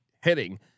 hitting